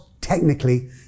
technically